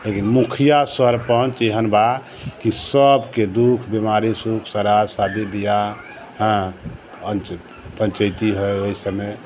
लेकिन मुखिया सरपञ्च एहन बा की सबके दुःख बीमारी सुख सराध शादी बियाह हँ पञ्चैती है ओइसबमे